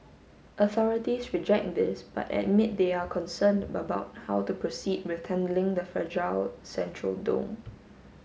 authorities reject this but admit they are concerned about how to proceed with handling the fragile central dome